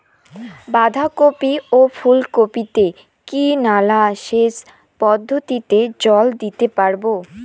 বাধা কপি ও ফুল কপি তে কি নালা সেচ পদ্ধতিতে জল দিতে পারবো?